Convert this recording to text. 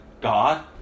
God